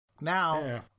now